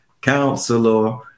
Counselor